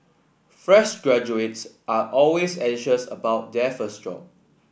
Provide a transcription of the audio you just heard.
fresh graduates are always anxious about their first job